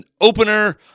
opener